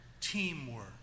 teamwork